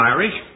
Irish